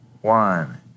one